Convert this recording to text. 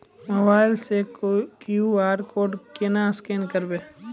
Mobile से Q R code केना scan करबै?